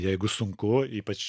jeigu sunku ypač